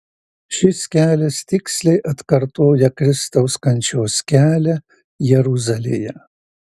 šis kelias tiksliai atkartoja kristaus kančios kelią jeruzalėje